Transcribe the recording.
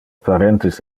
parentes